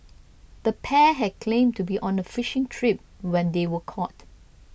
the pair had claimed to be on a fishing trip when they were caught